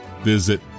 visit